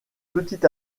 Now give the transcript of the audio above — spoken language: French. petit